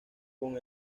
con